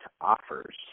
offers